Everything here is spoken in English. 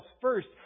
first